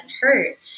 hurt